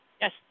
Yes